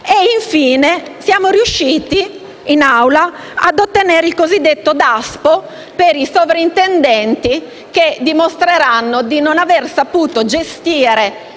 Infine, siamo riusciti a ottenere in Assemblea il cosiddetto Daspo per i sovrintendenti che dimostreranno di non aver saputo gestire